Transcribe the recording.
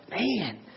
man